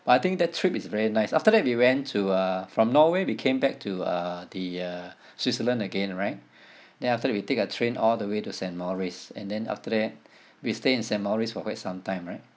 but I think that trip is very nice after that we went to uh from norway we came back to uh the uh switzerland again right then after that we take a train all the way to saint maurice and then after that we stayed in saint maurice for quite some time right